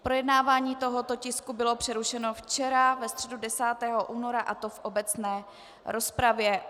Projednávání tohoto tisku bylo přerušeno včera ve středu 10. února, a to v obecné rozpravě.